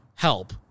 help